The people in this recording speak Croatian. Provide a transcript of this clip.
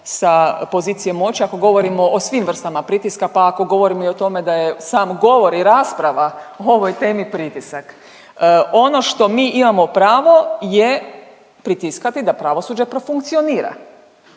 sa pozicije moći, ako govorimo o svim vrstama pritiska, pa ako govorimo i o tome da je sam govor i rasprava o ovoj temi pritisak. Ono što mi imamo pravo je pritiskati da pravosuđe profunkcionira